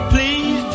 Please